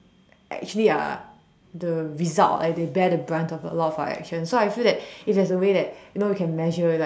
actually are the result like they bear the brunt of a lot of our actions so I feel that if there's a way that you know we can measure like